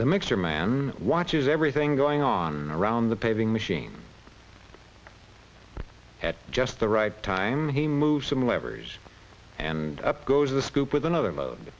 the mixture man watches everything going on around the paving machine at just the right time he moves in levers and up goes the scoop with another